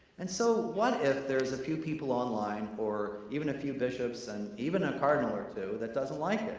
and so what if there's a few people online or even a few bishops and even a cardinal or two that doesn't like it?